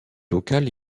locale